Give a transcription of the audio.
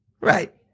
Right